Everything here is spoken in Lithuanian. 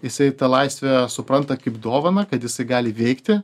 jisai tą laisvę supranta kaip dovaną kad jisai gali veikti